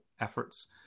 efforts